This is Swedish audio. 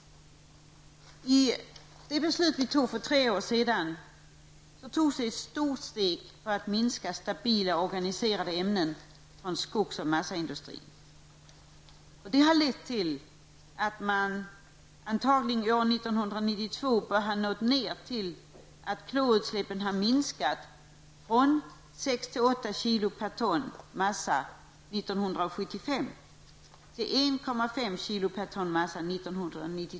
I 1988 års miljöpolitiska beslut togs ett stort steg för en minskning av stabila organiserade ämnen från skogs och massaindustri. Det har lett till att man år 1992 bör ha åstadkommit en minskning av klorutsläppen från 6 till 8 kg per ton massa, som var mängden 1975, till 1,5 kg per ton massa.